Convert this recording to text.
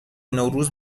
نوروز